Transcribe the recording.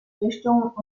richtung